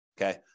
Okay